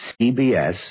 CBS